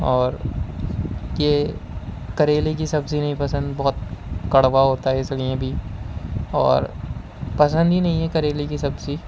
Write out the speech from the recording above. اور یہ کریلے کی سبزی نہیں پسند بہت کڑوا ہوتا ہے اس لیے بھی اور پسند ہی نہیں ہے کریلے کی سبزی